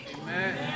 Amen